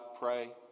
Pray